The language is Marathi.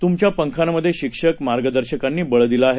तुमच्यापंखांमध्येशिक्षक मार्गदर्शकांनीबळदिलंआहे